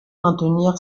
maintenir